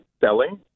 selling